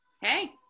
Hey